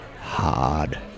hard